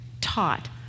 taught